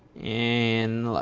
in like